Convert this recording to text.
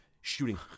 shooting